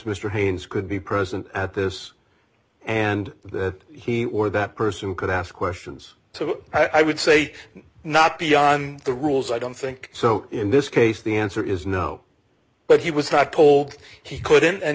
mr haynes could be present at this and that he wore that person could ask questions so i would say not be on the rules i don't think so in this case the answer is no but he was not told he couldn't and